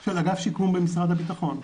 של אגף השיקום במשרד הביטחון,